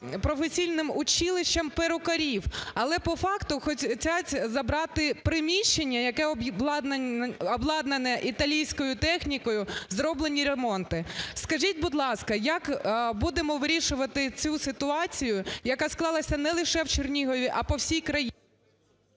професійним училищем перукарів. Але по факту хочуть забрати приміщення, яке обладнане італійською технікою, зроблені ремонти. Скажіть, будь ласка, як будемо вирішувати цю ситуацію, яка склалася не лише в Чернігові, а по всій країні?